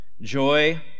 joy